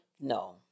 No